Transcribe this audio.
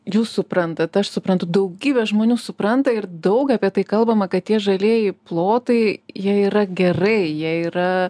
jūs suprantat aš suprantu daugybė žmonių supranta ir daug apie tai kalbama kad tie žalieji plotai jie yra gerai jie yra